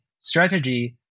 strategy